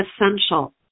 essential